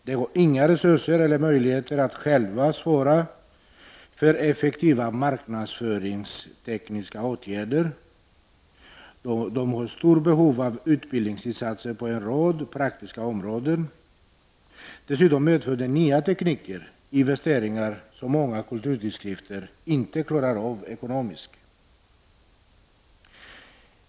De har inga resurser eller möjligheter att själva svara för effektiva marknadsföringstekniska åtgärder, och de har ett stort behov av utbildningsinsatser på en rad praktiska områden. Dessutom medför den nya tekniken investeringar som många kulturtidskrifter inte klarar av ekonomiskt.